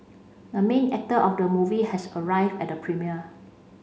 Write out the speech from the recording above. the main actor of the movie has arrived at the premiere